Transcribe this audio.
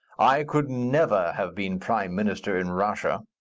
i could never have been prime minister in russia.